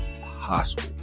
possible